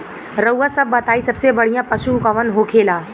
रउआ सभ बताई सबसे बढ़ियां पशु कवन होखेला?